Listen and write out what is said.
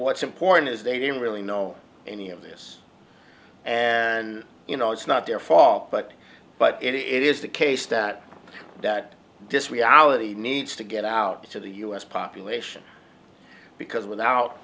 what's important is they didn't really know any of this and you know it's not their fault but but it is the case that that this reality needs to get out to the u s population because without